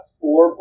four